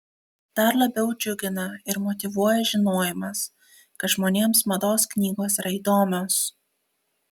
dar labiau džiugina ir motyvuoja žinojimas kad žmonėms mados knygos yra įdomios